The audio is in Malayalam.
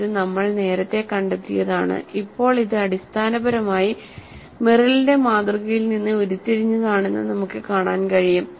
ഇത് നമ്മൾ നേരത്തെ കണ്ടെത്തിയതാണ് ഇപ്പോൾ ഇത് അടിസ്ഥാനപരമായി മെറിലിന്റെ മാതൃകയിൽ നിന്ന് ഉരുത്തിരിഞ്ഞതാണെന്ന് നമുക്ക് കാണാൻ കഴിയും